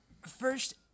first